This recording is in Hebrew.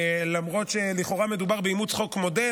למרות שלכאורה היה מדובר באימוץ חוק מודל,